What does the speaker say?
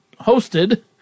hosted